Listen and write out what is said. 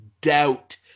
doubt